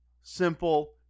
simple